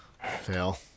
fail